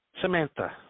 Samantha